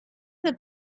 that